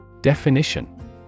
Definition